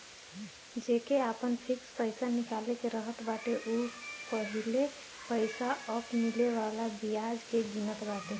जेके आपन फिक्स पईसा निकाले के रहत बाटे उ पहिले पईसा पअ मिले वाला बियाज के गिनत बाटे